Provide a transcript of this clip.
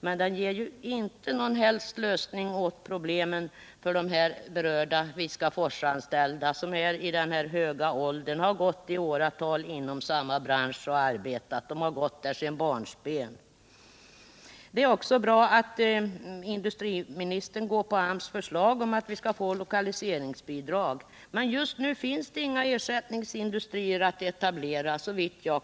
Men det löser ju inte på något sätt problemen för de Viskaforsanställda som har hög ålder och som i åratal — ja, sedan barnsben — arbetat inom samma bransch. Det är också bra att industriministern följer AMS förslag att vi skall få lokaliseringsbidrag. Men just nu finns det, såvitt jag kan förstå, inga ersättningsindustrier att etablera.